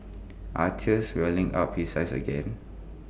are tears welling up his eyes again